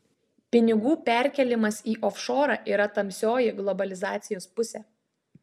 pinigų perkėlimas į ofšorą yra tamsioji globalizacijos pusė